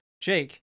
Jake